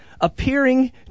appearing